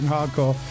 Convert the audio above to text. Hardcore